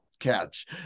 catch